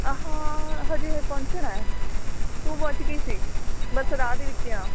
ਹਾਂ ਅਜੇ ਪਹੁੰਚਣਾ ਤੂੰ ਪੁਹੰਚ ਗਈ ਸੀ ਬਸ ਰਾਹ ਦੇ ਵਿੱਚ ਹਾਂ